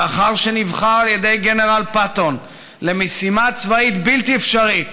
לאחר שנבחר על ידי גנרל פטון למשימה צבאית בלתי אפשרית,